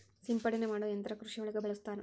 ಸಿಂಪಡನೆ ಮಾಡು ಯಂತ್ರಾ ಕೃಷಿ ಒಳಗ ಬಳಸ್ತಾರ